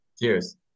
cheers